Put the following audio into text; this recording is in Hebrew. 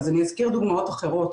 אז אני אזכיר דוגמאות אחרות.